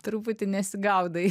truputį nesigaudai